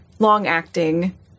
long-acting